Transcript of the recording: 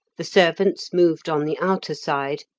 the servants moved on the outer side,